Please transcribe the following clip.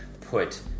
put